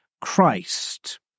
Christ